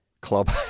club